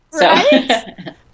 Right